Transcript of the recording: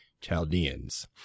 Chaldeans